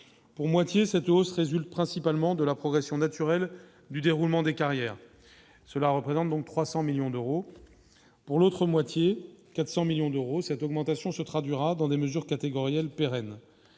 pour moitié cette hausse résulte. Principalement de la progression naturelle du déroulement des carrières, cela représente donc 300 millions d'euros. Pour l'autre moitié 400 millions d'euros, cette augmentation se traduira dans des mesures catégorielles pérenne,